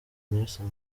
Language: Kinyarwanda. nelson